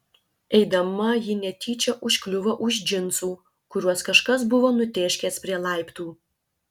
eidama ji netyčia užkliuvo už džinsų kuriuos kažkas buvo nutėškęs prie laiptų